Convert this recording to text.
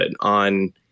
on